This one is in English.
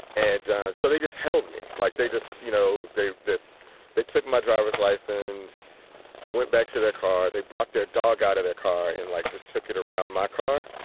and so they just held me like they just, you know, they that they took my driver's license and went back to their car. they brought their dog out of their car and like, just took it around my car.